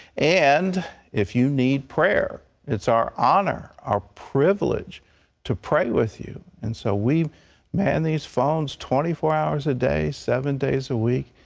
and if you need prayer, it's our honor, our privilege to pray with you. and so we man these phones twenty four hours a day, seven days a week.